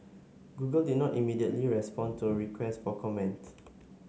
Google did not immediately respond to a request for comment